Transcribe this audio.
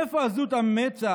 מאיפה עזות המצח?